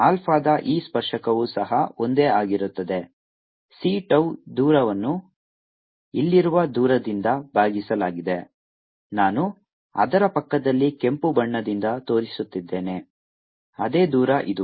ಆಲ್ಫಾದ ಈ ಸ್ಪರ್ಶಕವು ಸಹ ಒಂದೇ ಆಗಿರುತ್ತದೆ c tau ದೂರವನ್ನು ಇಲ್ಲಿರುವ ದೂರದಿಂದ ಭಾಗಿಸಲಾಗಿದೆ ನಾನು ಅದರ ಪಕ್ಕದಲ್ಲಿ ಕೆಂಪು ಬಣ್ಣದಿಂದ ತೋರಿಸುತ್ತಿದ್ದೇನೆ ಅದೇ ದೂರ ಇದು